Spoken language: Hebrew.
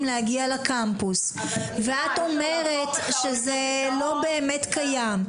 להגיע לקמפוס ואת אומרת שזה לא באמת קיים,